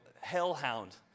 hellhound